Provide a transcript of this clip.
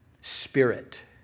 spirit